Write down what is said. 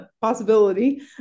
possibility